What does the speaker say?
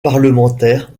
parlementaire